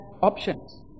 Options